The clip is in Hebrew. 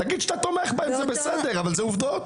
תגיד שאתה תומך בהם, זה בסדר, אבל זה עובדות.